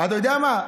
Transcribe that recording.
אתה יודע מה?